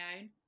own